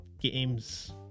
games